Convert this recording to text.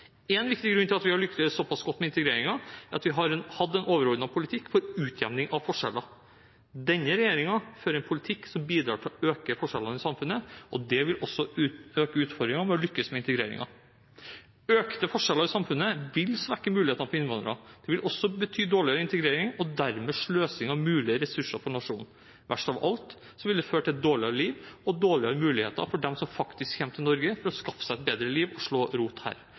En viktig grunn til at vi har lyktes såpass godt med integreringen, er at vi har hatt en overordnet politikk for utjevning av forskjeller. Denne regjeringen fører en politikk som bidrar til å øke forskjellene i samfunnet. Det vil også øke utfordringene med å lykkes med integreringen. Økte forskjeller i samfunnet vil svekke mulighetene for innvandrerne. Det vil også bety dårligere integrering og dermed sløsing av mulige ressurser for nasjonen. Verst av alt vil dette føre til et dårligere liv og dårligere muligheter for dem som kommer til Norge for å skaffe seg et bedre liv og slå rot her.